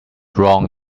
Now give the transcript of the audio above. wrong